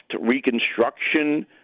reconstruction